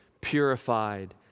purified